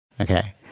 Okay